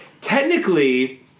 technically